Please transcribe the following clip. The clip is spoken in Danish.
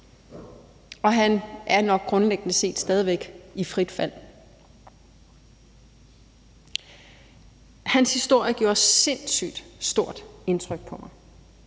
og han er nok grundlæggende set stadig væk i frit fald. Hans historie gjorde sindssygt stort indtryk på mig,